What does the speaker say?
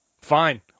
fine